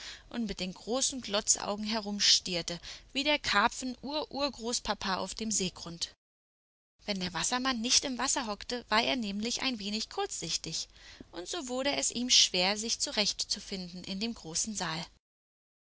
und mit den großen glotzaugen herumstreite wie der karpfen ururgroßpapa auf dem seegrund wenn der wassermann nicht im wasser hockte war er nämlich ein wenig kurzsichtig und so wurde es ihm schwer sich zurechtzufinden in dem großen saal